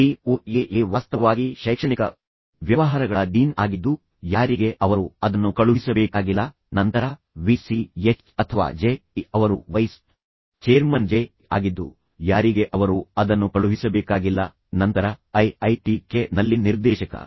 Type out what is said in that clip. D O A A ವಾಸ್ತವವಾಗಿ ಶೈಕ್ಷಣಿಕ ವ್ಯವಹಾರಗಳ ಡೀನ್ ಆಗಿದ್ದು ಯಾರಿಗೆ ಅವರು ಅದನ್ನು ಕಳುಹಿಸಬೇಕಾಗಿಲ್ಲ ನಂತರ v c h ಅಥವಾ J E ಅವರು ವೈಸ್ ಚೇರ್ಮನ್ J E ಆಗಿದ್ದು ಯಾರಿಗೆ ಅವರು ಅದನ್ನು ಕಳುಹಿಸಬೇಕಾಗಿಲ್ಲ ನಂತರ IITK ನಲ್ಲಿ ನಿರ್ದೇಶಕ ಮತ್ತು ನಂತರ DD ಉಪ ನಿರ್ದೇಶಕರು iitk ನಲ್ಲಿ ಅಧ್ಯಾಪಕರು